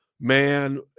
man